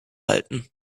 halten